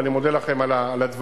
ואני מודה לכם על הדברים,